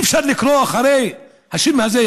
אי-אפשר לקרוא אחרי השם הזה,